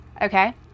Okay